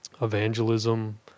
evangelism